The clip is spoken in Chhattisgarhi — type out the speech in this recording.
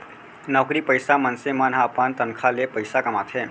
नउकरी पइसा मनसे मन ह अपन तनखा ले पइसा कमाथे